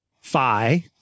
phi